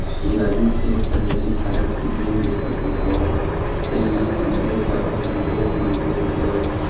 सुराजी के पहिली भारत के जेन भी फसल होवय तेन ल अंगरेज ह अपन देश म भेज देवय